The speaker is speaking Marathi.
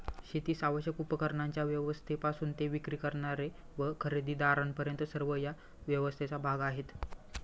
शेतीस आवश्यक उपकरणांच्या व्यवस्थेपासून ते विक्री करणारे व खरेदीदारांपर्यंत सर्व या व्यवस्थेचा भाग आहेत